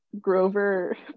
Grover